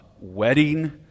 wedding